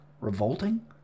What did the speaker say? Revolting